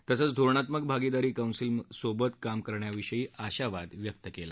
तसेच धोरणात्मक भागिदारी कौन्सिलमध्येसोबत काम करण्याविषयी आशावाद व्यक्त केला